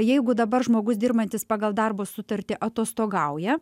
jeigu dabar žmogus dirbantis pagal darbo sutartį atostogauja